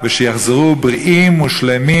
ושיחזרו בריאים ושלמים,